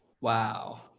Wow